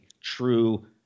true